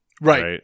Right